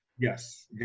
Yes